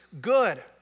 good